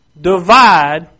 divide